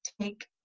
take